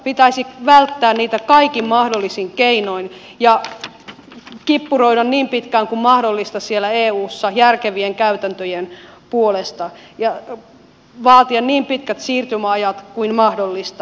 pitäisi välttää niitä kaikin mahdollisin keinoin ja kippuroida niin pitkään kuin mahdollista siellä eussa järkevien käytäntöjen puolesta ja vaatia niin pitkät siirtymäajat kuin mahdollista